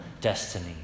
destiny